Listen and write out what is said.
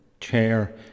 chair